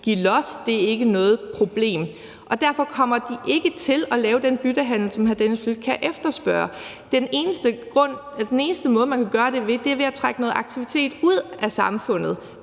vi give los, og at det ikke er noget problem. Derfor kommer regeringen ikke til at lave den byttehandel, hr. Dennis Flydtkjær taler om. Den eneste måde, man kan gøre det på, er ved at trække noget aktivitet ud af samfundet,